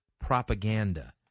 propaganda